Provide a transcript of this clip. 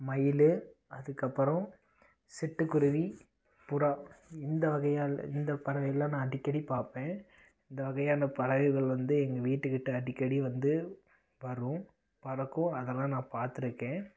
மயில் அதுக்கப்புறம் சிட்டுக்குருவி புறா இந்த வகையாக இந்த பறவைகள்லாம் நான் அடிக்கடி பார்ப்பேன் இந்த வகையான பறவைகள் வந்து எங்கள் வீட்டுக்கிட்ட அடிக்கடி வந்து வரும் பறக்கும் அதெல்லாம் நான் பார்த்துருக்கேன்